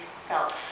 felt